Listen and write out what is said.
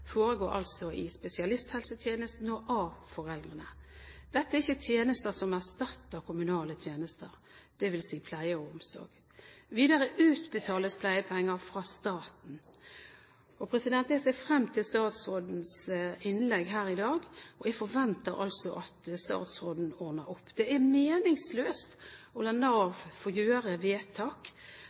foregår altså i spesialisthelsetjenesten og av foreldrene. Dette er ikke tjenester som erstatter kommunale tjenester, dvs. pleie og omsorg. Videre utbetales pleiepenger fra staten. Jeg ser frem til statsrådens innlegg her i dag, og jeg forventer altså at statsråden ordner opp. Det er meningsløst å la Nav få gjøre vedtak